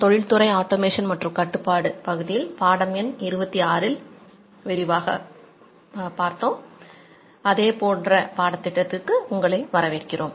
தொழில்துறை ஆட்டோமேஷன் மற்றும் கட்டுப்பாடு குறித்த பாடத்தின் அதாவது பாடம் எண் 26னின் இன்றைய விரிவுரைக்கு வரவேற்கிறோம்